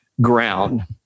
ground